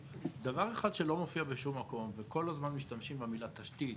דבר אחד שלא מופיע בשום מקום וכל הזמן משתמשים במילה תשתית,